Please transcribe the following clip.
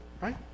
right